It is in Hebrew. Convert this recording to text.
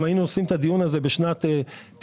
אם היינו עושים את הדיון הזה בשנת 1995-1996